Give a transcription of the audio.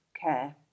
care